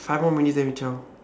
five more minutes then we zao